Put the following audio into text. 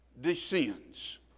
descends